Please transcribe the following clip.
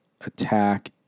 Attack